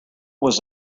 was